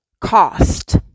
cost